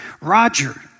Roger